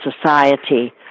Society